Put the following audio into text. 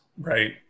Right